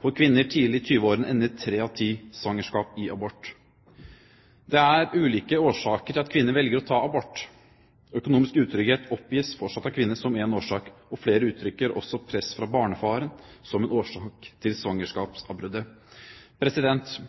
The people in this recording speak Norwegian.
For kvinner tidlig i 20-årene ender tre av ti svangerskap med abort. Det er ulike årsaker til at kvinner velger å ta abort. Økonomisk utrygghet oppgis fortsatt av kvinner som en årsak. Flere uttrykker også at press fra barnefaren er en årsak til